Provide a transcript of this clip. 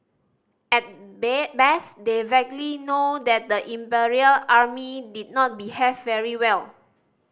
at best they vaguely know that the Imperial Army did not behave very well